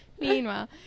Meanwhile